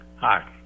Hi